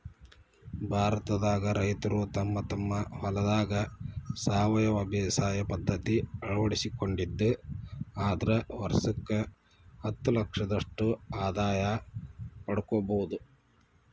ಭಾರತದಾಗ ರೈತರು ತಮ್ಮ ತಮ್ಮ ಹೊಲದಾಗ ಸಾವಯವ ಬೇಸಾಯ ಪದ್ಧತಿ ಅಳವಡಿಸಿಕೊಂಡಿದ್ದ ಆದ್ರ ವರ್ಷಕ್ಕ ಹತ್ತಲಕ್ಷದಷ್ಟ ಆದಾಯ ಪಡ್ಕೋಬೋದು